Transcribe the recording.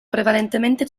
prevalentemente